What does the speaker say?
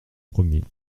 premier